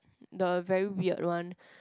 the very weird one